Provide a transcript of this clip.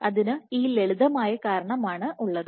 അത് ഈ ലളിതമായ കാരണത്താലാണ്